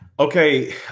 Okay